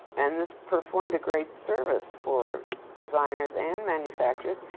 and this performed a great service for designers and manufacturers,